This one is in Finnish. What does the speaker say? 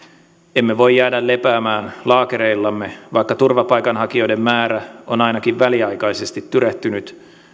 emme voi jäädä lepäämään laakereillamme vaikka turvapaikanhakijoiden määrä on ainakin väliaikaisesti tyrehtynyt